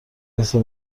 بسته